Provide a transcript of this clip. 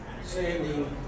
sanding